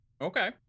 Okay